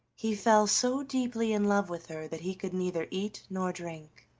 he fell so deeply in love with her that he could neither eat nor drink.